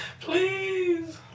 Please